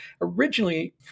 originally